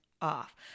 off